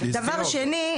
דבר שני,